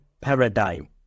paradigm